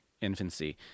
infancy